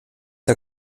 der